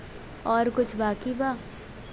और कुछ बाकी बा?